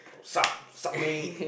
sup sup mate